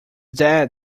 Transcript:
dead